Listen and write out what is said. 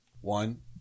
One